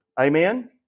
Amen